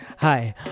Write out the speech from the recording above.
Hi